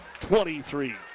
23